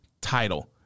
title